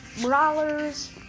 brawlers